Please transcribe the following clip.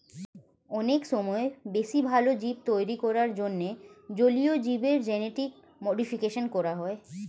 অনেক সময় বেশি ভালো জীব তৈরী করার জন্যে জলীয় জীবের জেনেটিক মডিফিকেশন করা হয়